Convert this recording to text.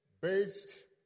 based